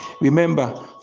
remember